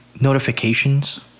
notifications